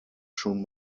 schon